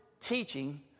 teaching